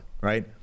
right